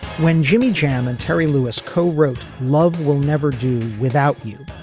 when jimmy jam and terry lewis co-wrote love will never do without you.